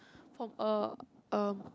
from a uh